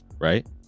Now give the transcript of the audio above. right